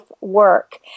work